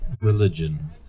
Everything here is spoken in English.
religion